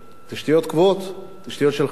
תשתיות של חשמל.